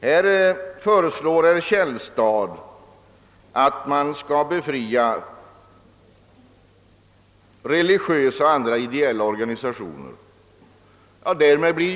Här föreslår herr Källstad, att religiösa och andra ideella organisationer skall befrias från avgiften.